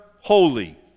holy